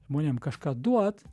žmonėm kažką duot